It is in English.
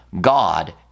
God